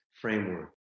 framework